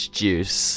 juice